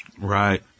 right